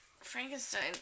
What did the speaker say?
Frankenstein